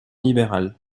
libéral